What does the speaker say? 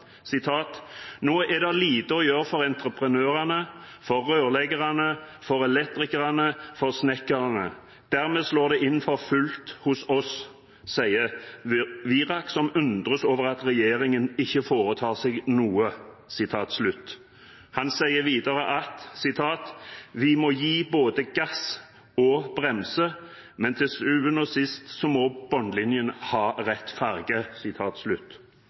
er det lite å gjøre for entreprenørene, for rørleggerne, for elektrikerne, for snekkerne. Dermed slår det inn for fullt hos oss, vurderer Wirak som undres over at regjeringen ikke foretar seg noe.» Han sier videre «Vi må både gi gass og bremse, men til sjuende og sist må bunnlinjen ha rett